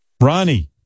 ronnie